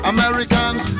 Americans